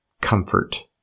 comfort